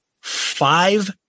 five